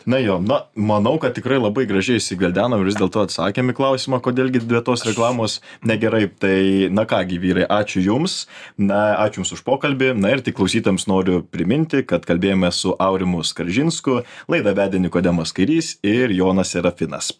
na jo na manau kad tikrai labai gražiai išsigveldeno vis dėlto atsakėm į klausimą kodėl gi be tos reklamos negerai tai na ką gi vyrai ačiū jums na ačiū jums už pokalbį na ir tik klausytojams noriu priminti kad kalbėjome su aurimu skaržinsku laidą vedė nikodemas kairys ir jonas serafinas